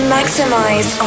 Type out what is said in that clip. Maximize